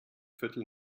viertel